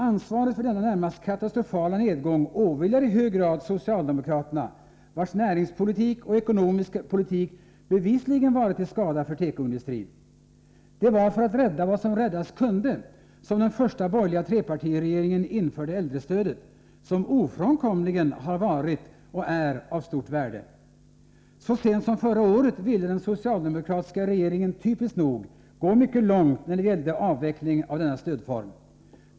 Ansvaret för denna närmast katastrofala nedgång åvilar i hög grad socialdemokraterna, vilkas näringspolitik och ekonomiska politik bevisligen varit till skada för tekoindustrin. Det var för att rädda vad som räddas kunde som den första borgerliga trepartiregeringen införde äldrestödet, som ofrånkomligen har varit och är avstort värde. Så sent som förra året ville den socialdemokratiska regeringen typiskt nog gå mycket långt när det gällde avveckling av denna stödform.